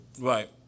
Right